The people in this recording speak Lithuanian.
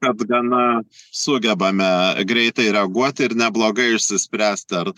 kad gana sugebame greitai reaguoti ir neblogai išsispręsti ar